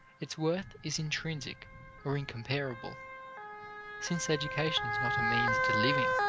its worth is intrinsic or incomparable. since education is not a means to living,